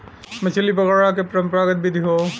मछरी पकड़ला के परंपरागत विधि हौ